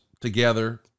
together